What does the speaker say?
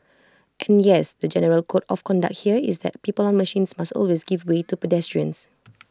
and yes the general code of conduct here is that people on machines must always give way to pedestrians